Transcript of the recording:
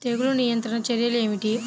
తెగులు నియంత్రణ చర్యలు ఏమిటి?